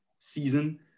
season